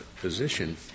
position-